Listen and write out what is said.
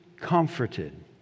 comforted